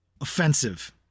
offensive